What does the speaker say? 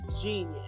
genius